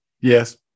yes